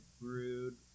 brewed